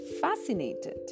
fascinated